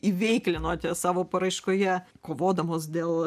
įveiklinote savo paraiškoje kovodamos dėl